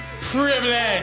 Privilege